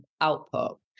output